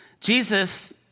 Jesus